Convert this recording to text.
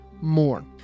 more